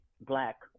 black